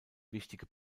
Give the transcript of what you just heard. wichtige